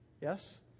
Yes